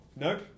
Nope